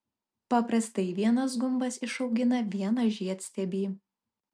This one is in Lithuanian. paprastai vienas gumbas išaugina vieną žiedstiebį